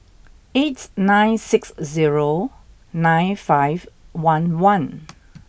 eight nine six zero nine five one one